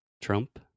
Trump